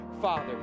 father